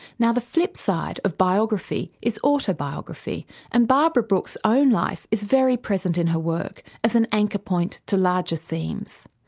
now the flip side of biography is autobiography and barbara brooks' own life is very present in her work as an anchor point to larger themes.